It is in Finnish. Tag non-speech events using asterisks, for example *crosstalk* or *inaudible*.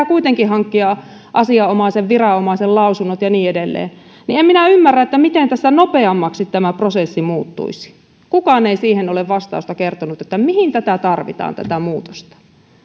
*unintelligible* kuitenkin hankkia asianomaisen viranomaisen lausunnot ja niin edelleen en minä ymmärrä miten tämä prosessi tässä nopeammaksi muuttuisi kukaan ei siihen ole vastausta kertonut mihin tarvitaan tätä muutosta